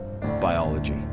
Biology